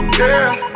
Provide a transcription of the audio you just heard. girl